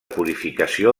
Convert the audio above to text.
purificació